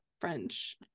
French